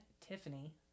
tiffany